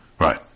right